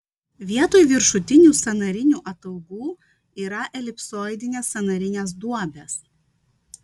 vietoj viršutinių sąnarinių ataugų yra elipsoidinės sąnarinės duobės